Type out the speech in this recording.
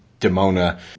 Demona